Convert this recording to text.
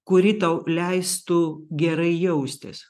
kuri tau leistų gerai jaustis